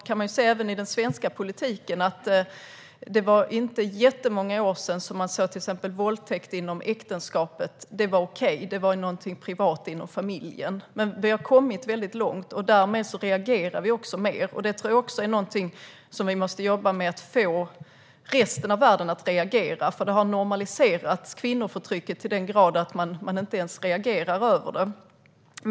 Man kan även i den svenska politiken se att det inte var jättemånga år sedan som man såg till exempel våldtäkt inom äktenskapet som okej, eftersom det var någonting privat inom familjen. Men vi har kommit mycket långt. Därmed reagerar vi också mer. Jag tror också att vi måste jobba med att få resten av världen att reagera, eftersom kvinnoförtrycket har normaliserats till den grad att man inte ens reagerar över det.